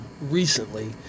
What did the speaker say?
recently